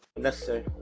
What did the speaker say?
necessary